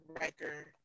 Riker